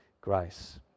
grace